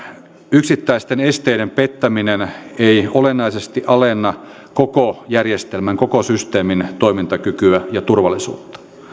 yksittäisten esteiden pettäminen ei olennaisesti alenna koko järjestelmän koko systeemin toimintakykyä ja turvallisuutta